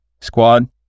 squad